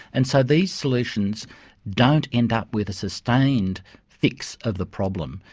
and so these solutions don't end up with a sustained fix of the problem.